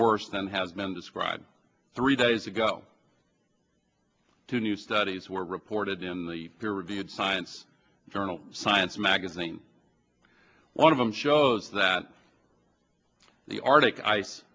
worse than has been described three days ago two new studies were reported in the peer reviewed science journal science magazine one of them shows that the arctic ice